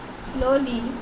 Slowly